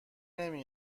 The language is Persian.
نمی